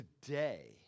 today